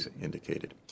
indicated